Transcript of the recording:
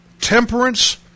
temperance